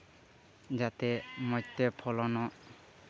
ᱡᱟᱛᱮ ᱢᱚᱡᱽ ᱛᱮ ᱯᱷᱚᱞᱚᱱᱚᱜ